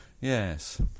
Yes